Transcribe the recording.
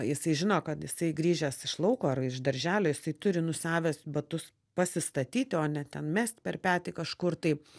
jisai žino kad jisai grįžęs iš lauko ar iš darželio jisai turi nusiavęs batus pasistatyti o ne ten mest per petį kažkur tai